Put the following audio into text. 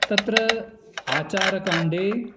तत्र आचारकाण्डे